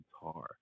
guitar